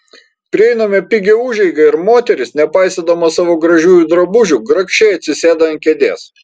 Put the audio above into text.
prieiname pigią užeigą ir moteris nepaisydama savo gražiųjų drabužių grakščiai atsisėda ant kėdės